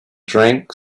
drank